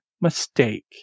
mistake